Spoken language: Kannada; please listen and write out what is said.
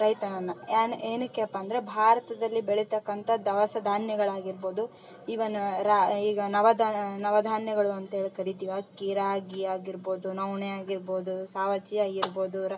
ರೈತನನ್ನು ಯಾನ ಏನಕ್ಕಪ್ಪ ಅಂದರೆ ಭಾರತದಲ್ಲಿ ಬೆಳೀತಕ್ಕಂಥ ದವಸ ಧಾನ್ಯಗಳಾಗಿರ್ಬೋದು ಈವನ ರಾ ಈಗ ನವದ ನವಧಾನ್ಯಗಳು ಅಂತೇಳಿ ಕರೀತೀವಿ ಅಕ್ಕಿ ರಾಗಿ ಆಗಿರ್ಬೋದು ನವಣೆ ಆಗಿರ್ಬೋದು ಸಾವಚಿ ಆಗಿರ್ಬೋದು